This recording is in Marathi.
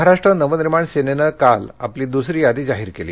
महाराष्ट्र नवनिर्माण सेनेनं काल आपली दुसरी यादी जाहीर केली